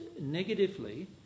negatively